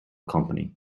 company